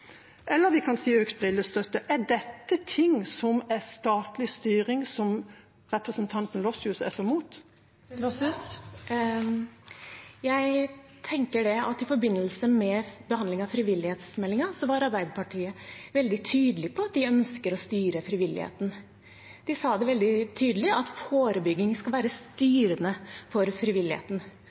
eller vi kan si økt brillestøtte: Er dette ting som er statlig styring, som representanten Lossius er så imot? Jeg tenker at i forbindelse med behandlingen av frivillighetsmeldingen var Arbeiderpartiet veldig tydelig på at de ønsker å styre frivilligheten. De sa det veldig tydelig, at forebygging skal være styrende for frivilligheten.